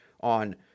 on